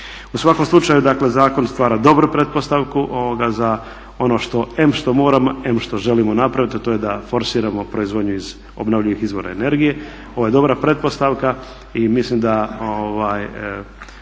U svakom slučaju dakle zakon stvara dobru pretpostavku za ono što, em što moram, em što želimo napraviti a to je da forsiramo proizvodnju iz obnovljivih izvora energije. Ovo je dobra pretpostavaka i mislim da